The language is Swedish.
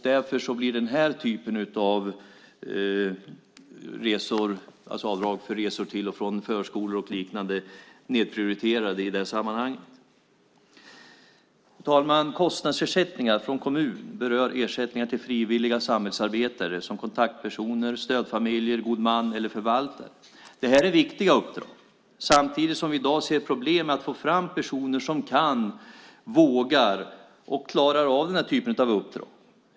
Därför blir avdrag för resor till och från förskolor och liknande nedprioriterade i det här sammanhanget. Fru talman! Kostnadsersättningar från kommun berör ersättningar till frivilliga samhällsarbetare, som kontaktpersoner, stödfamiljer, god man eller förvaltare. Det här är viktiga uppdrag. Samtidigt ser vi i dag problem med att få fram personer som kan, vågar och klarar av den här typen av uppdrag.